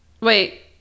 Wait